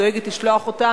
דואגת לשלוח אותם,